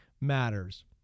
matters